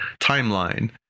timeline